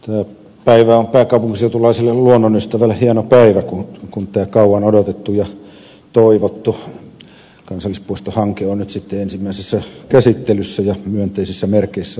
tämä päivä on pääkaupunkiseutulaiselle luonnonystävälle hieno päivä kun tämä kauan odotettu ja toivottu kansallispuistohanke on nyt sitten ensimmäisessä käsittelyssä ja myönteisissä merkeissä ollaan menossa